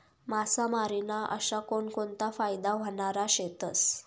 मासामारी ना अशा कोनकोनता फायदा व्हनारा शेतस?